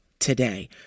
Today